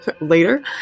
later